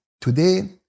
today